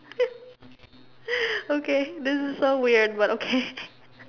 okay this is so weird but okay